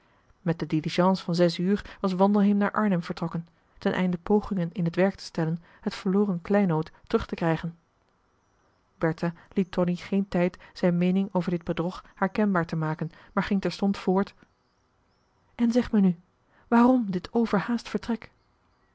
met de diligence van zes uur was wandelheem naar arnhem vertrokken ten einde pogingen in het werk te stellen het verloren kleinood terug te krijgen bertha liet tonie geen tijd zijn meening over dit bedrog haar kenbaar te maken maar ging terstond voort marcellus emants een drietal novellen en zeg mij nu waarom dit overhaast vertrek